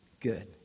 Good